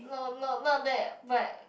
no no not that but